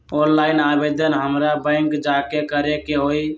Online आवेदन हमरा bank जाके करे के होई?